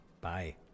bye